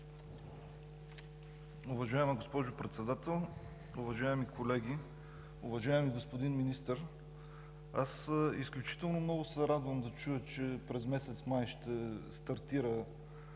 Уважаема госпожо Председател, уважаеми колеги! Уважаеми господин Министър, изключително много се радвам да чуя, че през месец май ще стартира